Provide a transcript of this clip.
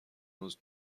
روز